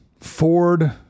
Ford